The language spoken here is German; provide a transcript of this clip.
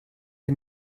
der